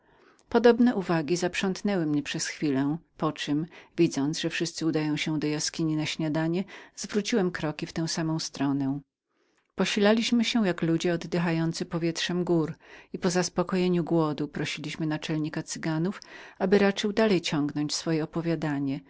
podobne uwagi zaprzątnęły mnie przez chwilę poczem widząc że wszyscy udawali się do jaskini na śniadanie zwróciłem kroki w też samą stronę posilaliśmy się jako ludzie oddychający powietrzem gór i po zaspokojenia głodu prosiliśmy naczelnika cyganów aby raczył dalej ciągnąć swoje opowiadanie